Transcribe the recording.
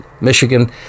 Michigan